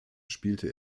spielte